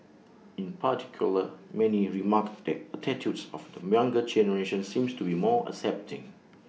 in particular many remarked that attitudes of the younger generation seem to be more accepting